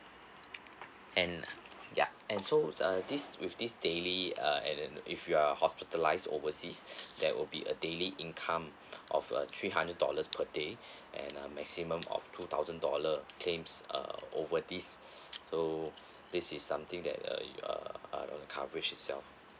and ya and so uh this with this daily uh and if you're hospitalised overseas there will be a daily income of a three hundred dollars per day and a maximum of two thousand dollar claims uh over this so this is something that uh uh coverage itself